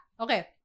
okay